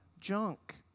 junk